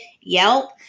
Yelp